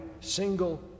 single